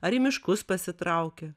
ar į miškus pasitraukė